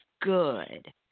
good